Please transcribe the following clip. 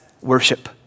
worship